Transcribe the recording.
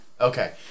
Okay